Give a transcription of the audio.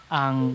ang